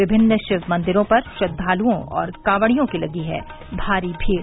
विभिन्न शिवमंदिरों पर श्रद्दालुओं और कांवड़ियों की लगी है भारी भीड़